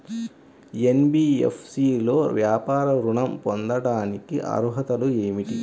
NBFC లో వ్యాపార ఋణం పొందటానికి అర్హతలు ఏమిటీ?